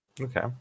Okay